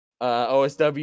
OSW